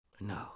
No